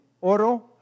oro